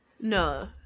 No